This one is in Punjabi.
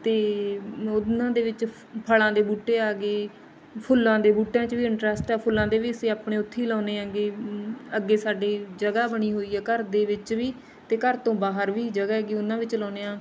ਅਤੇ ਉਹਨਾਂ ਦੇ ਵਿੱਚ ਫਲਾਂ ਦੇ ਬੂਟੇ ਹੈਗੇ ਫੁੱਲਾਂ ਦੇ ਬੂਟਿਆਂ 'ਚ ਵੀ ਇੰਟਰਸਟ ਹੈ ਫੁੱਲਾਂ ਦੇ ਵੀ ਅਸੀਂ ਆਪਣੇ ਉੱਥੇ ਹੀ ਲਾਉਂਦੇ ਹੈਗੇ ਹਮ ਅੱਗੇ ਸਾਡੇ ਜਗ੍ਹਾ ਬਣੀ ਹੋਈ ਹੈ ਘਰ ਦੇ ਵਿੱਚ ਵੀ ਅਤੇ ਘਰ ਤੋਂ ਬਾਹਰ ਵੀ ਜਗ੍ਹਾ ਹੈਗੀ ਉਹਨਾਂ ਵਿੱਚ ਲਾਉਂਦੇ ਹਾਂ